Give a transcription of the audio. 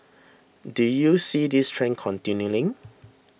do you see this trend continuing